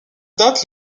date